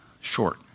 short